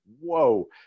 whoa